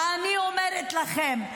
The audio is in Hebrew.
ואני אומרת לכם,